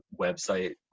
website